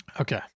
Okay